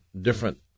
different